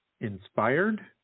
inspired